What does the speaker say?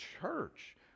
church